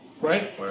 Right